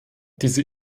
diese